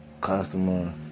customer